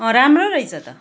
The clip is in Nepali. राम्रो रहेछ त